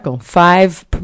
five